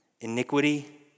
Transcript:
iniquity